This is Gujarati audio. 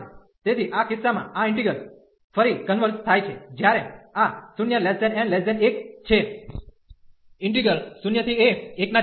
તેથી આ કિસ્સામાં આ ઈન્ટિગ્રલ ફરી કન્વર્ઝ થાય છે જ્યારે આ 0 n 1 છે